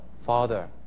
father